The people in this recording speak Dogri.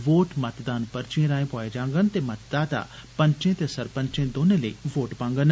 वोट मतदान पर्चियें रांए पोआए जाङन ते मतदाता पंचे ते सरपंचे दौनें लेई वोट पाङन